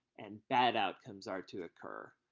and bad outcomes are to occur.